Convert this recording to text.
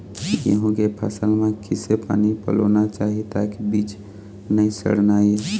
गेहूं के फसल म किसे पानी पलोना चाही ताकि बीज नई सड़ना ये?